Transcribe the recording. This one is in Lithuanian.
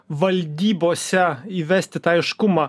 valdybose įvesti tą aiškumą